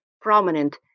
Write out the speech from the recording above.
prominent